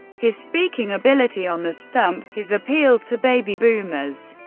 his speaking ability on the stump, his appeal to baby boomers,